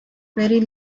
very